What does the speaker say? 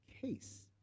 case